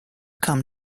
come